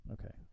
okay